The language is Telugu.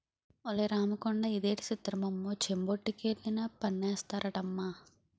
ఒలే రాముకొండా ఇదేటి సిత్రమమ్మో చెంబొట్టుకెళ్లినా పన్నేస్తారటమ్మా